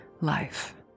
life